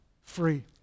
free